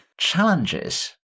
challenges